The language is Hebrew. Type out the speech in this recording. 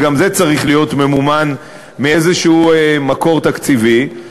וגם זה צריך להיות ממומן ממקור תקציבי כלשהו,